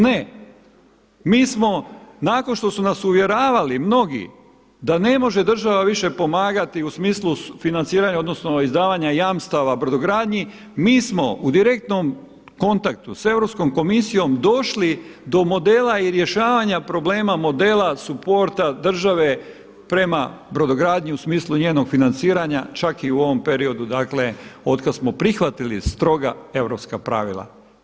Ne, mi smo nakon što su nas uvjeravali mnogi da ne može država više pomagati u smislu financiranja odnosno izdavanja jamstava brodogradnji mi smo u direktnom kontaktu sa Europskom komisijom došli do modela i rješavanja problema modela, suporta države prema brodogradnji u smislu njenog financiranja čak i u ovom periodu dakle od kada smo prihvatili stroga europska pravila.